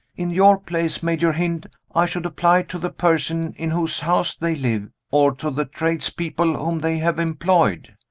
in your place, major hynd, i should apply to the person in whose house they live, or to the tradespeople whom they have employed.